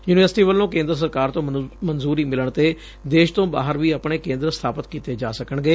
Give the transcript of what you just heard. university ਵੱਲੋਂ ਕੇਂਦਰ ਸਰਕਾਰ ਤੋਂ ਮਨਜੂਰੀ ਮਿਲਣ ਤੇ ਦੇਸ਼ ਤੋਂ ਬਾਹਰ ਵੀ ਆਪਣੇ ਕੇਂਦਰ ਸਬਾਪਿਤ ਕੀਤੇ ਜਾ ਸਕਣਗੇ